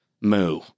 moo